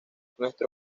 nuestro